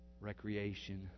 recreation